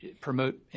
promote